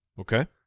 Okay